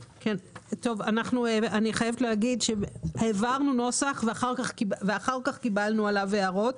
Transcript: אני חייבת לומר שהעברנו נוסח ואחר כך קיבלנו עליו הערות.